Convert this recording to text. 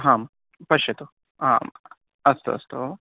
हां पश्यतु आम् अस्तु अस्तु